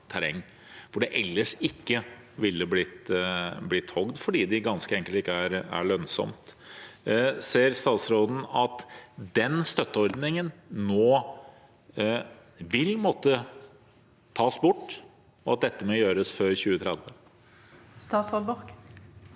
hvor det ellers ikke ville blitt hogd, fordi det ganske enkelt ikke er lønnsomt. Ser statsråden at den støtteordningen nå vil måtte tas bort, og at dette må gjøres før 2030? Statsråd